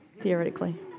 theoretically